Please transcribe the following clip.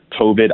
COVID